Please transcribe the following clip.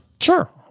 Sure